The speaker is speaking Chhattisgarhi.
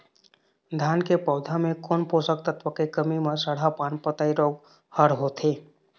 धान के पौधा मे कोन पोषक तत्व के कमी म सड़हा पान पतई रोग हर होथे?